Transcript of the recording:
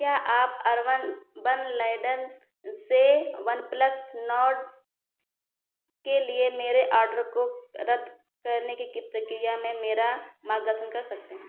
क्या आप अर्बन बन लैडल से वनप्लस नोर्ड के लिए मेरे ऑर्डर को रद्द करने की प्रक्रिया में मेरा मार्गदर्शन कर सकते हैं